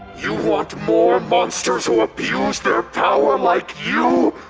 you want more monsters who abuse there power like you!